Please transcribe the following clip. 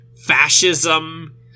fascism